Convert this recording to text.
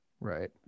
Right